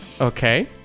Okay